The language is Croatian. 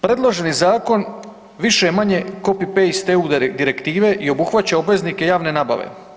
Predloženi zakon više-manje copy-paste EU direktive i obuhvaća obveznike javne nabave.